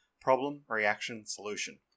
Problem-Reaction-Solution